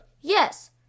yes